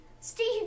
Steve